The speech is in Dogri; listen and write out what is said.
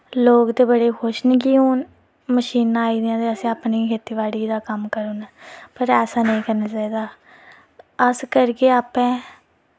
लोक ते बड़े खुश न कि हून मशीनां आई दियां न ते असें अपनी खेती बाड़ी दा कम्म करना ऐ पर ऐसा नेईं करना चाहिदा अस करगे आपें